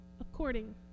according